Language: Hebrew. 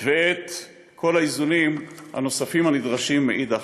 ואת כל האיזונים הנוספים הנדרשים מאידך,